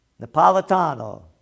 Napolitano